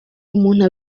umuntu